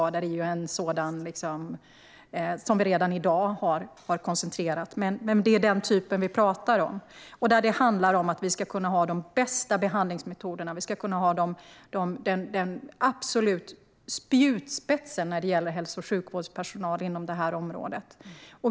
Så är det redan i dag med vården av svåra brännskador. Det handlar om att ha de bästa behandlingsmetoderna och spjutspetsen inom hälso och sjukvårdspersonal inom ett område.